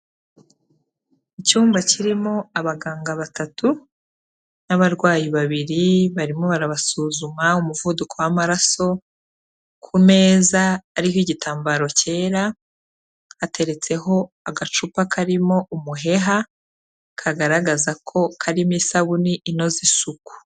Icyumba kirimo abaganga batatu n'abarwayi babiri barimo barabasuzuma umuvuduko w'amaraso, ku meza ariho igitambaro cyera hateretseho agacupa karimo umuheha kagaragaza ko karimo isabune inoza isuku.